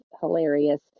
hilarious